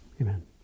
Amen